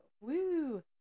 Woo